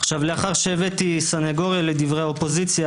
לאחר שהבאתי סנגוריה לדברי האופוזיציה